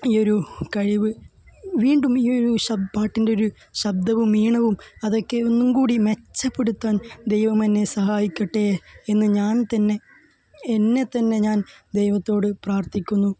ഈ ഒരു കഴിവ് വീണ്ടും ഈ ഒരു ശബ് പാട്ടിന്റെ ഒരു ശബ്ദവും ഈണവും അതൊക്കെ ഒന്നും കൂടിയും മെച്ചപ്പെടത്തുവാന് ദൈവം എന്നെ സഹായിക്കട്ടെ എന്ന് ഞാന് തന്നെ എന്നെ തന്നെ ഞാന് ദൈവത്തോട് പ്രാര്ത്ഥിക്കുന്നു